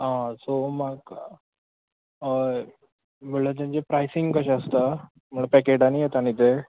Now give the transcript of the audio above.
आ सो म्हाका अय म्हळ्ळ्या तेंचें प्रायसींग कशें आसता म्हळ्या पॅकेटांनी येता न्ही तें